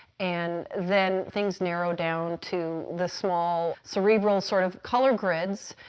and then things narrow down to the small, cerebral sort of color grids,